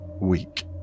weak